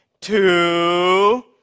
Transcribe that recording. two